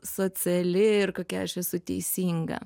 sociali ir kokia aš esu teisinga